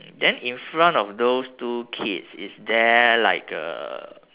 then in front of those two kids is there like a